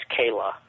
Kayla